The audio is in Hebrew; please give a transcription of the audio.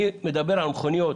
אני מדבר על מכוניות,